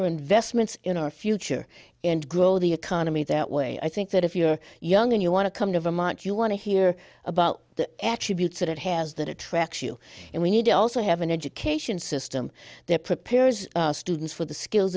are investments in our future and grow the economy that way i think that if you're young and you want to come to vermont you want to hear about actually buttes that it has that attracts you and we need to also have an education system their peers students with the skills